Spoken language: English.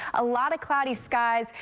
a lot of cloudy skies,